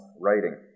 writing